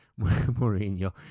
mourinho